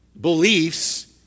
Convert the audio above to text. beliefs